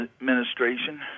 Administration